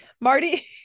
Marty